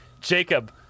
jacob